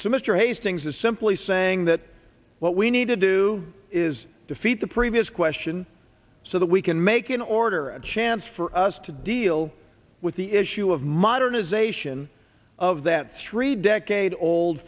mr hastings is simply saying that what we need to do is defeat the previous question so that we can make in order a chance for us to deal with the issue of modernization of that street decade old